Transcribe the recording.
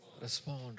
Respond